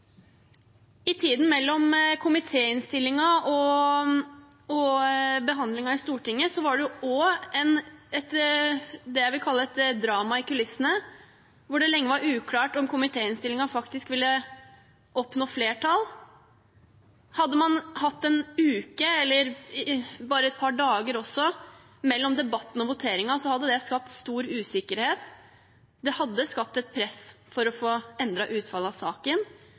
I tiden mellom komitéinnstillingens avgivelse og behandlingen i Stortinget var det det jeg vil kalle et drama i kulissene, hvor det lenge var uklart om komitéinnstillingen faktisk ville oppnå flertall. Hadde man hatt en uke eller bare et par dager mellom debatten og voteringen, hadde det skapt stor usikkerhet. Det hadde skapt et press for å få endret utfallet av saken.